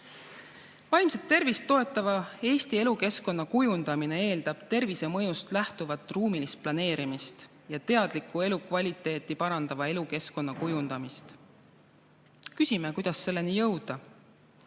Vaimset tervist toetava Eesti elukeskkonna kujundamine eeldab tervise mõjust lähtuvat ruumilist planeerimist ja teadlikku elukvaliteeti parandava elukeskkonna kujundamist. Küsime, kuidas selleni jõuda?